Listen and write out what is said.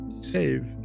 save